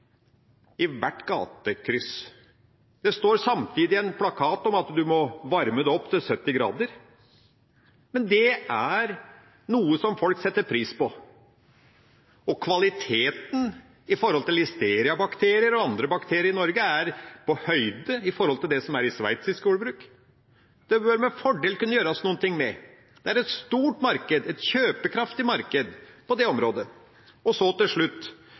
i hvert gatekryss. Det står samtidig en plakat om at man må varme den opp til 70 grader, men det er noe folk setter pris på, og kvaliteten i Norge, med tanke på listeriabakterier og andre bakterier, er på høyde med det som er i sveitsisk jordbruk. Dette kunne det med fordel gjøres noe med. Det er et stort marked, et kjøpekraftig marked på det området. Til slutt